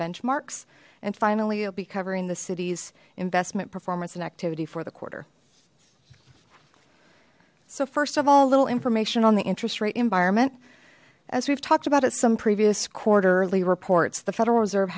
benchmarks and finally we'll be covering the city's investment performance and activity for the quarter so first of all little information on the interest rate environment as we've talked about at some previous quarterly reports the federal reserve